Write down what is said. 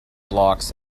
blocks